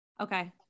Okay